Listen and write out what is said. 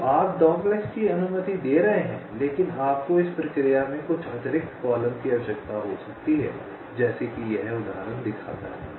तो आप डॉगलेगस की अनुमति दे रहे हैं लेकिन आपको इस प्रक्रिया में कुछ अतिरिक्त कॉलम की आवश्यकता हो सकती है जैसे कि यह उदाहरण दिखाता है